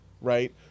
right